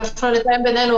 אנחנו צריכות לתאם בינינו,